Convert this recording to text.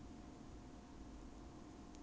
你人没有刷牙也是臭的 right